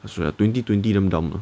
I swear ah twenty twenty damn dumb ah